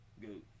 good